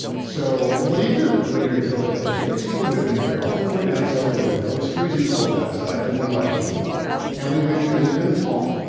so, what do you do when you're in philadelphia? we see the liberty bell. so, we went down saw the liberty bell was freezing cold outside. so weren't a lot of people and we went to independence hall.